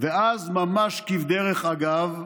/ ואז, ממש כדרך אגב,